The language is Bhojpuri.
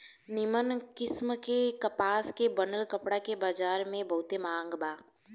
निमन किस्म के कपास से बनल कपड़ा के बजार में बहुते मांग बा